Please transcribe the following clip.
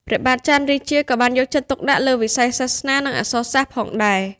ព្រះបាទចន្ទរាជា ក៏បានយកចិត្តទុកដាក់លើវិស័យសាសនា និងអក្សរសាស្ត្រផងដែរ។